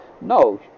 No